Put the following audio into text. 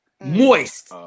moist